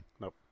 Nope